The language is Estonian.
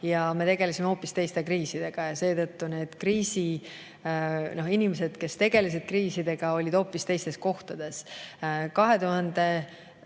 me tegelesime hoopis teiste kriisidega ja seetõttu need inimesed, kes tegelesid kriisidega, olid hoopis teistes kohtades. 2021.